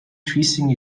twisting